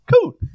cool